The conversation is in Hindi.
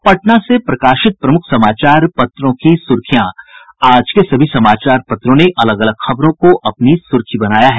अब पटना से प्रकाशित प्रमुख समाचार पत्रों की सुर्खियां आज के सभी समाचार पत्रों ने अलग अलग खबरों को अपनी सुर्खी बनाया है